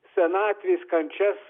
senatvės kančias